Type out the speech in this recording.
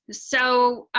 so,